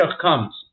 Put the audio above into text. comes